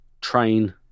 train